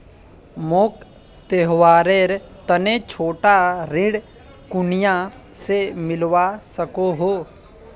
मोक त्योहारेर तने छोटा ऋण कुनियाँ से मिलवा सको हो?